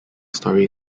story